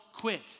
quit